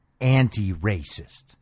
anti-racist